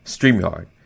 StreamYard